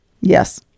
Yes